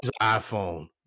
iphone